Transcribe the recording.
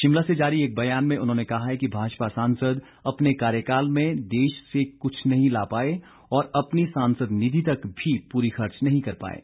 शिमला से जारी एक बयान में उन्होंने कहा है कि भाजपा सांसद अपने कार्यकाल में केंद्र से कुछ नहीं ला पाए और अपनी सांसद निधि तक भी पूरी खर्च नहीं कर पाएं